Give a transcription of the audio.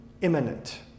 imminent